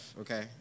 okay